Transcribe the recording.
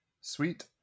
sweet